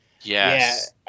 Yes